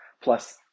plus